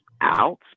out